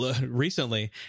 recently